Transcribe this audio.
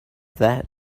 that